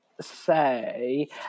say